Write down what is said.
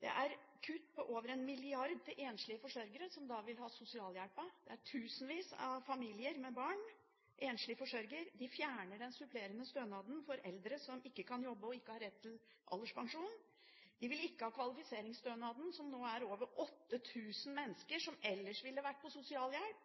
Det er kutt på over 1 mrd. kr til enslige forsørgere, som da må over på sosialhjelp. Det gjelder tusenvis av familier med enslige forsørgere. De fjerner den supplerende stønaden til eldre som ikke kan jobbe og ikke har rett til alderspensjon. De vil ikke ha kvalifiseringsstønaden, som nå gis til over 8 000 mennesker som ellers ville vært på